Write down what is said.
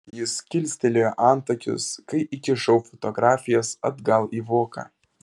jis kilstelėjo antakius kai įkišau fotografijas atgal į voką